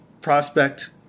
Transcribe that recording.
prospect